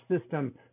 system